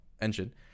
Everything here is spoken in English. engine